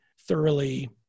thoroughly